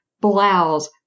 blouse